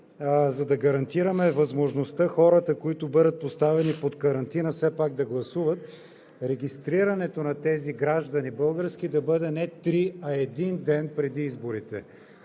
за да гарантираме възможността хората, които бъдат поставени под карантина, все пак да гласуват, регистрирането на тези български граждани да бъде не три, а един ден преди изборите.